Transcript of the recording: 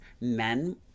men